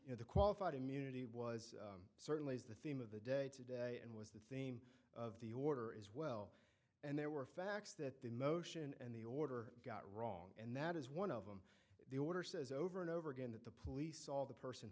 you know the qualified immunity was certainly is the theme of the day today and was the theme of the order is well and there were facts that the motion and the order got wrong and that is one of them the order says over and over again that the police saw the person